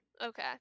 Okay